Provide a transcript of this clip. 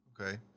Okay